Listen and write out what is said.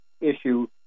issue